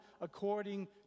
according